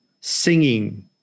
singing